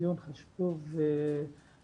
דיון חשוב מאוד,